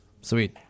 Sweet